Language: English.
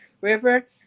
river